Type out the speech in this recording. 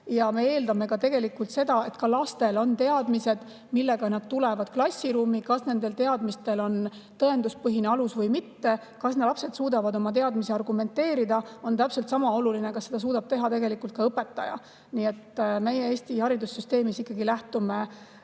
ja me eeldame, et ka lastel on teadmised, millega nad tulevad klassiruumi. Kas nendel teadmistel on tõenduspõhine alus või mitte, kas need lapsed suudavad oma teadmisi argumenteerida, on täpselt sama oluline kui see, kas seda suudab teha ka õpetaja. Nii et meie Eesti haridussüsteemis ikkagi lähtume